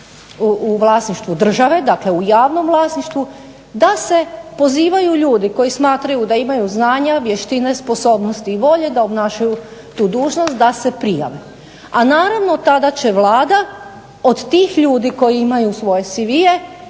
u vlasništvu države, dakle u javnom vlasništvu, da se pozivaju ljudi koji smatraju da imaju znanja, vještine, sposobnosti i volje da obnašaju tu dužnost da se prijave. A naravno tada će Vlada od tih ljudi koji imaju svoje CV,